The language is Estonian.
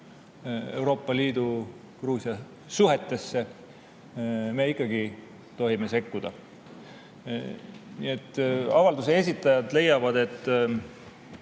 Euroopa Liidu ja Gruusia suhetesse me ikkagi tohime sekkuda. Nii et avalduse esitajad leiavad, et